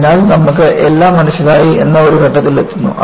അതിനാൽ നമുക്ക് എല്ലാം മനസ്സിലായി എന്ന ഒരു ഘട്ടത്തിലെത്തുന്നു